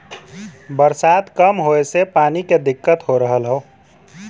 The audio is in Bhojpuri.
बरसात कम होए से पानी के दिक्कत हो रहल हौ